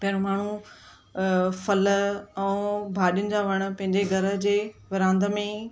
पहिरियों माण्हू फल ऐं भाॼियुनि जा वणु पंहिंजे घर जे बरामदे में ई